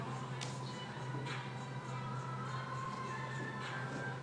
אנחנו מרגישות שיש פה איזה שהיא נקודה שהיא שקופה ולא נראית